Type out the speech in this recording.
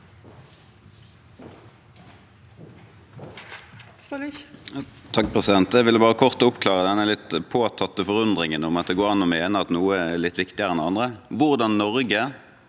(H) Jeg ville bare kort opp- klare denne litt påtatte forundringen over at det går an å mene at noe er litt viktigere enn annet. Hvordan Norge